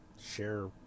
Share